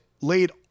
laid